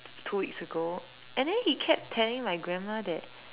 two weeks ago and then he kept telling my grandma that